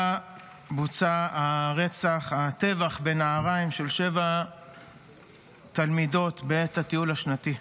שבה בוצע הטבח בנהריים של 7 תלמידות בעת הטיול השנתי.